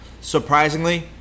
Surprisingly